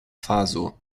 faso